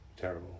terrible